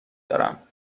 دارم